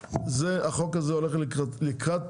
זה החוק הזה הולך לקראת,